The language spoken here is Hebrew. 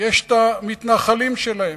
יש את המתנחלים שלהם.